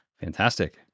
Fantastic